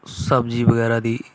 ਸਬਜ਼ੀ ਵਗੈਰਾ ਦੀ